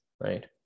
right